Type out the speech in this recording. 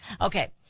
Okay